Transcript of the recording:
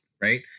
right